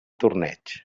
torneig